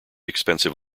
expensive